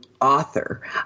author